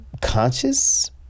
conscious